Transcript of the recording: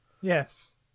Yes